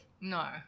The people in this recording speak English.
No